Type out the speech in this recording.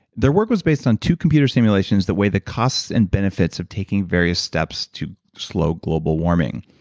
their work was based on two computer simulations that weigh the costs and benefits of taking various steps to slow global warming.